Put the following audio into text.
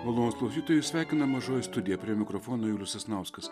malonūs klausytojai jus sveikina mažoji studija prie mikrofono julius sasnauskas